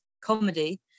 comedy